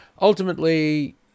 Ultimately